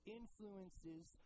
influences